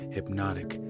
Hypnotic